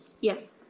Yes